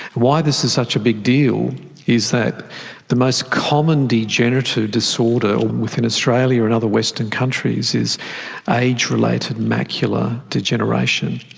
why this is such a big deal is that the most common degenerative disorder within australia and other western countries is age-related macular degeneration.